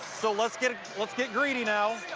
so, let's get ah let's get greedy now.